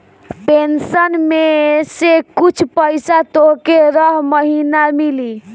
pension में से कुछ पईसा तोहके रह महिना मिली